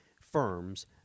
firms